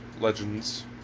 legends